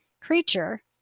creature